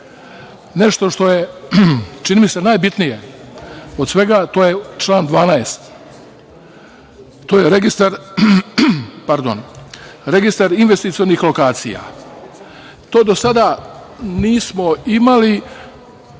posao. Nešto što je, čini mi se, najbitnije od svega, a to je član 12. To je Registar investicionih lokacija. To do sada nismo imali